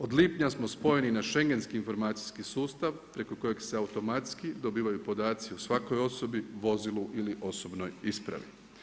Od lipnja smo spojeni na schengenski informacijski sustav preko kojeg se automatski dobivaju podaci o svakoj osobi, vozilu ili osobnoj ispravi.